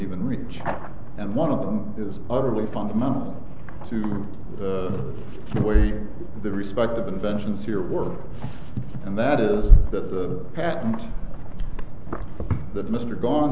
even reach out and one of them is utterly fundamental to the way the respective inventions here work and that is that the patent that mr gone